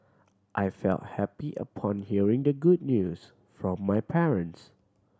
I felt happy upon hearing the good news from my parents